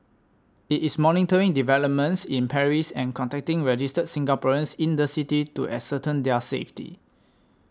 it is monitoring developments in Paris and contacting registered Singaporeans in the city to ascertain their safety